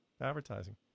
advertising